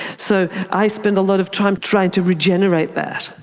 so i spend a lot of time trying to regenerate that,